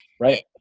right